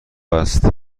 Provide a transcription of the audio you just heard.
است